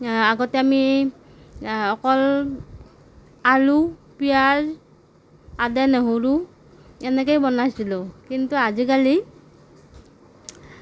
আগতে আমি অকল আলু পিয়াঁজ আদা নহৰু এনেকেই বনাইছিলোঁ কিন্তু আজিকালি